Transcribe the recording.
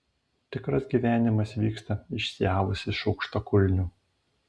tikras gyvenimas vyksta išsiavus iš aukštakulnių